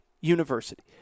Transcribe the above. University